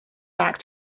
back